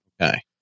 Okay